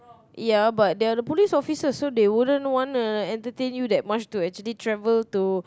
ya but they are the police officers so they wouldn't want to entertain you that much to actually travel to